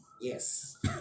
Yes